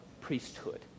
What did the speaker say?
priesthood